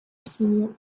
senior